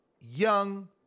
Young